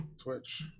Twitch